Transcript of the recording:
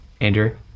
Andrew